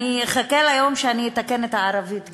אני אחכה ליום שאני אתקן את הערבית,